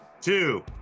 two